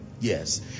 Yes